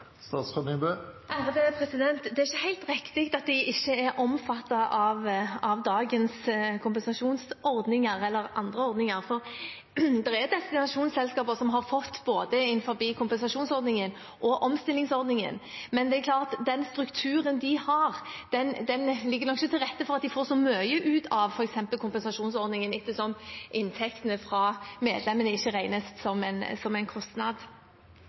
Det er ikke helt riktig at de ikke er omfattet av dagens kompensasjonsordning eller andre ordninger, for det er destinasjonsselskaper som har fått innenfor både kompensasjonsordningen og omstillingsordningen. Men det er klart at den strukturen de har, legger nok ikke til rette for at de får så mye ut av f.eks. kompensasjonsordningen, ettersom inntektene fra medlemmene ikke regnes som en